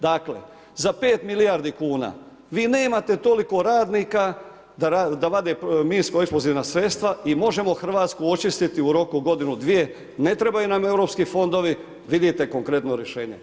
Dakle za 5 milijardi kuna, vi nemate toliko radnika da vade minsko eksplozivna sredstva i možemo Hrvatsku očistiti u roku godinu, dvije, ne trebaju nam Europski fondovi, vidite konkretno rješenje.